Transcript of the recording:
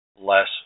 less